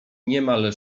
niemal